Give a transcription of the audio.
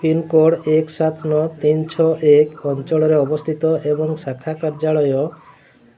pincode ଏକ ସାତ ନଅ ତିନି ଛଅ ଏକ ଅଞ୍ଚଳରେ ଅବସ୍ଥିତ ଏବଂ ଶାଖା କାର୍ଯ୍ୟାଳୟ